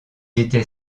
était